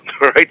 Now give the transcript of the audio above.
right